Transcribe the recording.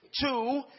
Two